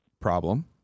problem